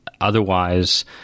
otherwise